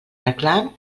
reclam